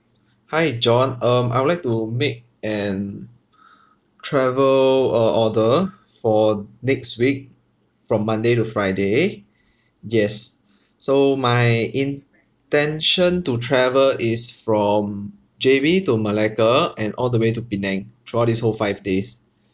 hi john um I would like to make an travel uh order for next week from monday to friday yes so my intention to travel is from J_B to malacca and all the way to penang throughout this whole five days